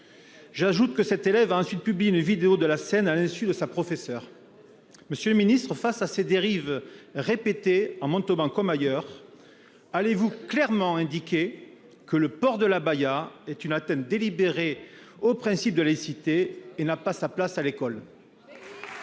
sa tenue. Cette élève a ensuite publié une vidéo de la scène, captée à l'insu de sa professeure. Monsieur le ministre, face à ces dérives répétées, à Montauban comme ailleurs, allez-vous clairement indiquer que le port de l'abaya est une atteinte délibérée au principe de laïcité et n'a pas sa place à l'école ?